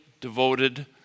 devoted